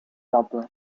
dublin